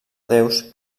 déus